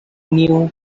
knew